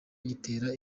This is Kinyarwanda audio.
gitere